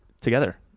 together